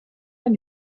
man